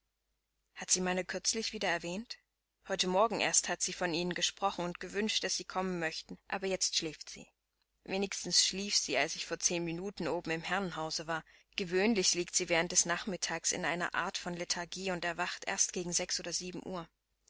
hat sie meiner kürzlich wieder erwähnt heute morgen erst hat sie von ihnen gesprochen und gewünscht daß sie kommen möchten aber jetzt schläft sie wenigstens schlief sie als ich vor zehn minuten oben im herrenhause war gewöhnlich liegt sie während des ganzen nachmittags in einer art von lethargie und erwacht erst gegen sechs oder sieben uhr